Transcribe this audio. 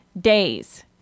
days